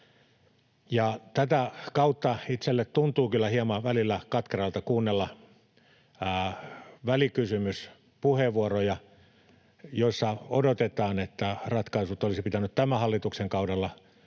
Tätä kautta itselleni tuntuu kyllä välillä hieman katkeralta kuunnella välikysymyspuheenvuoroja, joissa odotetaan, että ratkaisut olisi pitänyt tämän hallituksen kaudella